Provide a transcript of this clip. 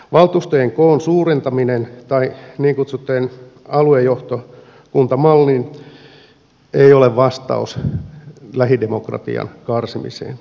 valtuustojen koon suurentaminen tai niin kutsuttu aluejohtokuntamalli ei ole vastaus lähidemokratian karsimiseen